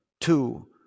two